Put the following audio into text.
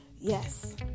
Yes